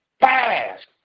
fast